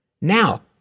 Now